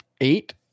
eight